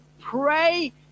pray